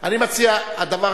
של העובדים.